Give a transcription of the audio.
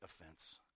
offense